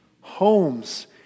Homes